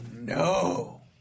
no